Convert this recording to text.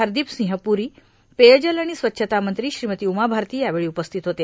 हरदीप सिंह पुरी पेयजल आणि स्वच्छता मंत्री श्रीमती उमा भारती यावेळी उपस्थित होते